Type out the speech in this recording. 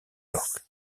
york